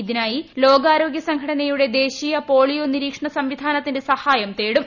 ഇതിനായി ലോകാരോഗൃ സംഘടനയുടെ ദേശീയ പോളിയോ നിരീക്ഷണ സംവിധാനത്തിന്റെ സഹായം തേടും